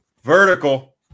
Vertical